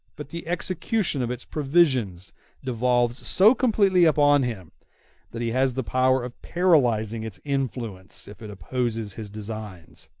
but the execution of its provisions devolves so completely upon him that he has the power of paralyzing its influence if it opposes his designs.